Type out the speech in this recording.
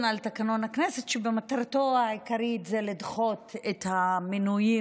תקנון הכנסת שמטרתו העיקרית זה לדחות את המינויים